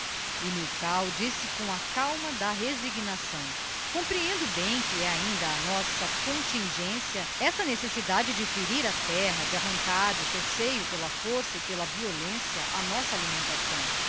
e milkau disse com a calma da resignação comprehendo bem que é ainda a nossa contingência essa necessidade de ferir a terra de arrancar do seu seio pela força e pela violência a nossa alimentação